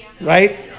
right